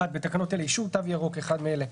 הגדרות בתקנות אלה, "אישור "תו ירוק"" אחד מאלה: